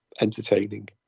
entertaining